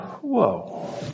whoa